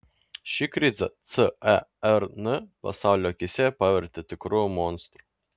ši krizė cern pasaulio akyse pavertė tikru monstru